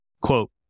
Quote